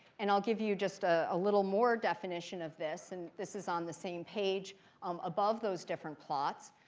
and i'll give you just a ah little more definition of this. and this is on the same page um above those different plots.